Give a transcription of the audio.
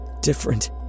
different